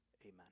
Amen